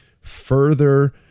further